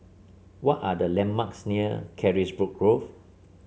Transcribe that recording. what are the landmarks near Carisbrooke Grove